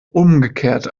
umgekehrt